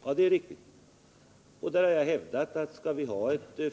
var det det gällde. Det är riktigt.